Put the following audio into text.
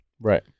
Right